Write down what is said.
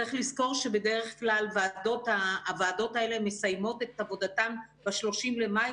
צריך לזכור שבדרך כלל הוועדות האלה מסיימות את עבודתן ב-30 במאי,